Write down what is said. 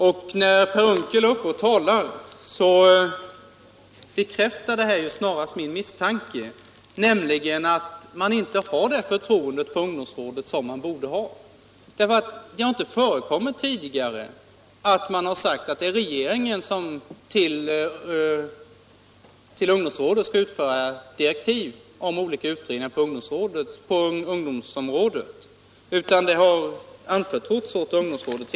2 Herr Unckels anförande bekräftade min misstanke att man inte har det förtroende för ungdomsrådet som man borde ha. Det har tidigare inte förekommit att man sagt att regeringen skall utfärda direktiv till ungdomsrådet om utredningar på ungdomsområdet. De har tidigare anförtrotts åt ungdomsrådet.